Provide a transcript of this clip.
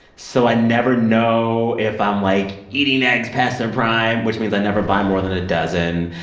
so i never know if i'm like eating eggs past their prime, which means i never buy more than a dozen.